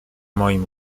moim